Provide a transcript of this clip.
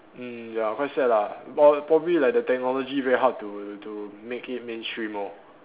mm ya quite sad lah but probably like the technology very hard to to make it mainstream lor